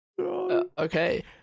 Okay